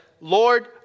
Lord